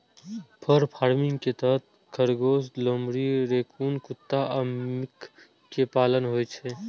फर farming के तहत खरगोश, लोमड़ी, रैकून कुत्ता आ मिंक कें पालल जाइ छै